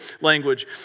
language